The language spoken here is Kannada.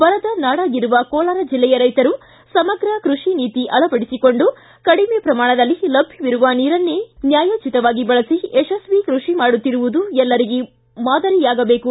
ಬರದ ನಾಡಾಗಿರುವ ಕೋಲಾರ ಜಿಲ್ಲೆಯ ರೈತರು ಸಮಗ್ರ ಕೈಷಿ ನೀತಿ ಅಳವಡಿಸಿಕೊಂಡು ಕಡಿಮೆ ಪ್ರಮಾಣದಲ್ಲಿ ಲಭ್ವವಿರುವ ನೀರನ್ನೇ ನ್ಯಾಯೋಚಿತವಾಗಿ ಬಳಸಿ ಯಶಸ್ವಿ ಕೃಷಿ ಮಾಡುತ್ತಿರುವುದು ಎಲ್ಲರಿಗೂ ಮಾದರಿಯಾಗಬೇಕು